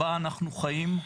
בה אנחנו חיים,